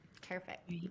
Perfect